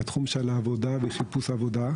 בתחום העבודה וחיפוש עבודה.